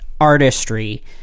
artistry